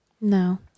No